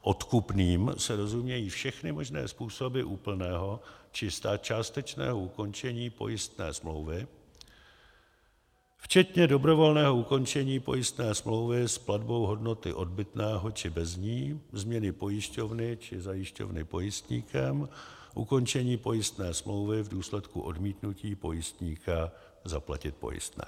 Odkupným se rozumějí všechny možné způsoby úplného či částečného ukončení pojistné smlouvy včetně dobrovolného ukončení pojistné smlouvy s platbou hodnoty odbytného či bez ní, změny pojišťovny či zajišťovny pojistníkem, ukončení pojistné smlouvy v důsledku odmítnutí pojistníka zaplatit pojistné.